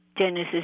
Genesis